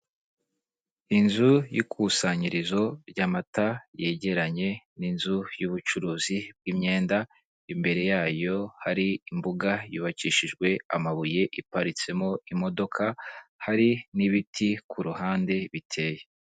Inzu y'ikusanyirizo ry'amata yegeranye n'inzu y'ubucuruzi bw'imyenda, imbere yayo hari imbuga yubakishijwe amabuye iparitsemo imodoka hari n'ibiti ku ruhande biteye.